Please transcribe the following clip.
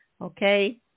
okay